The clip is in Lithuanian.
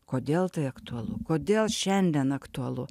kodėl tai aktualu kodėl šiandien aktualu